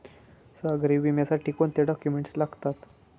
सागरी विम्यासाठी कोणते डॉक्युमेंट्स लागतात?